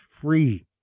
free